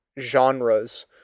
genres